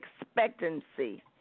expectancy